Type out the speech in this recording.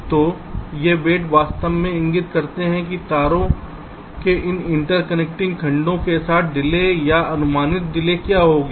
तो ये वेट वास्तव में इंगित करते हैं कि तारों के इन इंटरकनेक्टिंग खंडों के साथ डिले या अनुमानित डिले क्या होगी